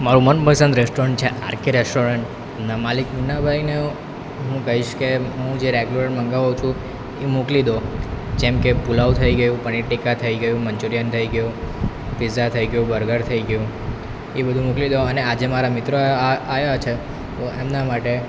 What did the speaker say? મારું મનપસંદ રેસ્ટોરન્ટ છે આર કે રેસ્ટોરન્ટના માલિક મુન્નાભાઈને હું કહીશ કે હું જે રેગ્યુલર મંગાવું છું એ મોકલી દો જેમ કે પુલાવ થઈ ગયું પનીર ટિક્કા થઈ ગયું મનચ્યુરિયન થઈ ગયું પિઝા થઈ ગયું બર્ગર થઇ ગયું એ બધું મોકલી દો અને આજે મારા મિત્ર આવ્યા છે તો એમના માટે